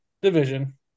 division